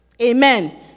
Amen